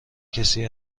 کسی